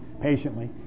patiently